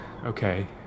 Okay